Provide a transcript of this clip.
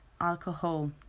Alcohol